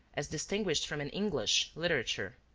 as distinguished from an english, literature.